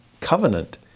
covenant